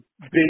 big